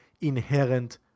inherent